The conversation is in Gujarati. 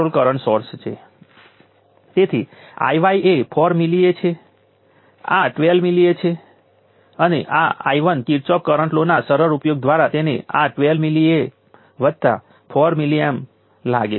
તે 0 એનર્જીથી શરૂ થાય છે અને તે 12CVc2ઉપર જાય છે અને તે ઘટીને 0 ઉપર આવે છે